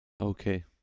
Okay